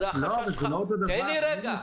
זה לא אותו הדבר.